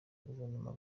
guverinoma